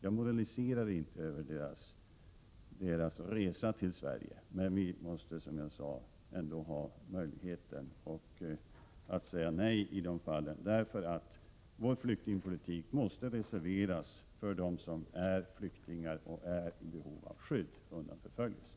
Jag moraliserar inte över deras resa till Sverige, men vi måste ändå ha möjligheten att säga nej i de fallen. Vårt flyktingmottagande måste reserveras för dem som är flyktingar och som är i behov av skydd undan förföljelse.